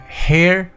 hair